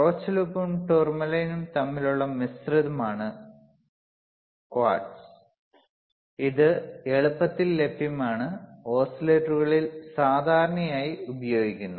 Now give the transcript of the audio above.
Rochelle ഉപ്പും tourmaline തമ്മിലുള്ള മിശ്രിതമാണ് ക്വാർട്സ് ഇത് എളുപ്പത്തിൽ ലഭ്യമാണ് ഓസിലേറ്ററുകളിൽ സാധാരണയായി ഉപയോഗിക്കുന്നു